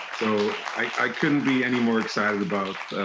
so i couldn't be any more excited about,